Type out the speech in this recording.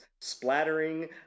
splattering